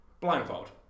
blindfold